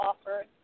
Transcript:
offer